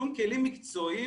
שום כלים מקצועיים,